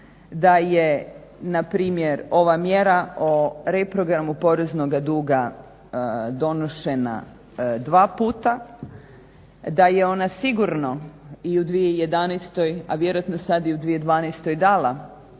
da je na primjer ova mjera o reprogramu poreznoga duga donošena dva puta, da je ona sigurno i u 2011., a vjerojatno sad i u 2012. dala